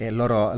loro